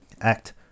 Act